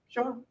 Sure